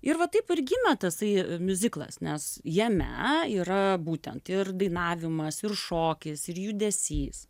ir va taip ir gimė tasai miuziklas nes jame yra būtent ir dainavimas ir šokis ir judesys